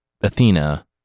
Athena